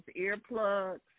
earplugs